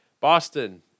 Boston